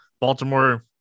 Baltimore